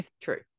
True